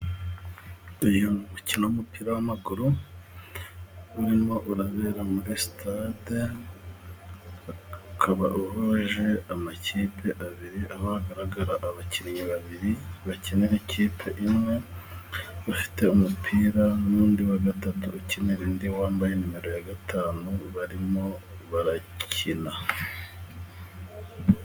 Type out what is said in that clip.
Dore uyu ni umukino w'umupira w'amaguru urimo urabera muri sitade, ukaba uhuje amakipe abiri, aho hagaragara abakinnyi babiri bakinira ikipe imwe, ufite umupira n'undi wa gatatu ukinira indi wambaye nimero ya gatanu barimo barakina.